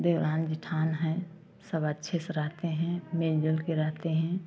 देवरानी जेठानी हैं सब अच्छे से रहते हैं मिलजुल के रहते हैं